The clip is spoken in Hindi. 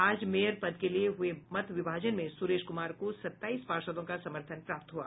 आज मेयर पद के लिये हुए मत विभाजन में सुरेश कुमार को सताईस पार्षदों का समर्थन प्राप्त हुआ